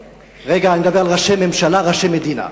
רגע, אני מדבר על ראשי ממשלה, ראשי מדינה.